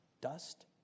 dust